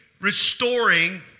restoring